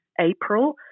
April